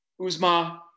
Uzma